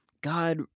God